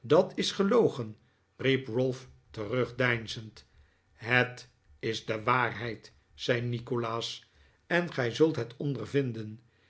dat is gelogen riep ralph terugdeinzend het is de waarheid zei nikolaas en gij zult het ondervinden